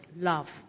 love